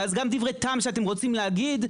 ואז גם דברי טעם שאתם רוצים להגיד,